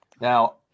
Now